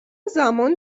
زمان